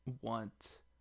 want